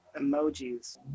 Emojis